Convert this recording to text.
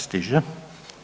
Stiže.